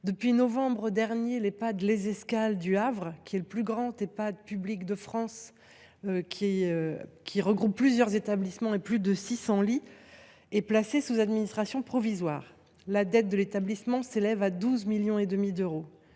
depuis novembre dernier, l’Ehpad Les Escales du Havre, qui est le plus grand Ehpad public de France, regroupant plusieurs établissements et plus de 600 lits, est placé sous administration provisoire. La dette de l’établissement s’élève à 12,5 millions d’euros.